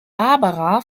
barbara